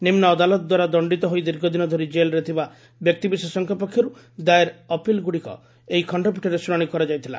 ନିମୁ ଅଦାଲତଦ୍ୱାରା ଦଣ୍ତିତ ହୋଇ ଦୀର୍ଘଦିନ ଧରି ଜେଲ୍ରେ ଥିବା ବ୍ୟକ୍ତିବିଶେଷଙ୍ ପକ୍ଷରୁ ଦାଏର ଅପିଲ୍ଗୁଡ଼ିକର ଏହି ଖଣ୍ତପୀଠରେ ଶୁଣାଶି କରାଯାଇଥିଲା